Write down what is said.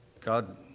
God